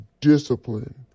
discipline